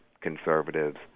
conservatives